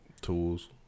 Tools